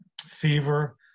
fever